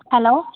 hello